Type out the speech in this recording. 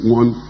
one